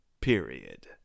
period